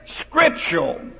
scriptural